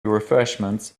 refreshments